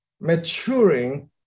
maturing